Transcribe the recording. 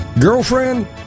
Girlfriend